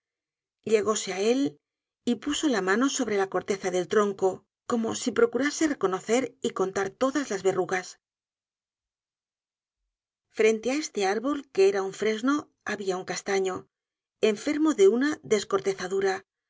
vegetacion llegóse á él y puso la mano sobre la corteza del tronco como si procurase reconocer y contar todas las verrugas frente de este árbol que era un fresno habia un castaño enfermo de una